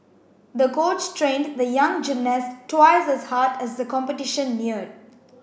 the coach trained the young gymnast twice as hard as the competition neared